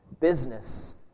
business